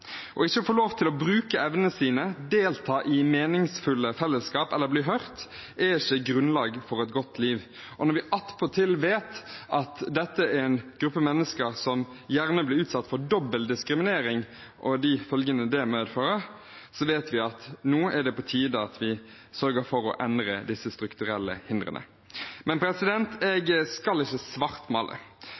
Ikke å få lov til å bruke evnene sine, delta i meningsfulle fellesskap eller bli hørt, er ikke grunnlag for et godt liv. Når vi attpåtil vet at dette er en gruppe mennesker som gjerne blir utsatt for dobbel diskriminering og de følgene det medfører, vet vi at det nå er på tide at vi sørger for å endre disse strukturelle hindrene. Men jeg skal ikke